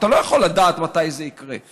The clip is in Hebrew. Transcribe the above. אתה לא יכול לדעת מתי זה יקרה,